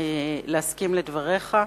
להסכים לדבריך.